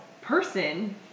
person